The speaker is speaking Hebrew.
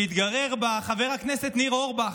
שהתגורר בה חבר הכנסת ניר אורבך.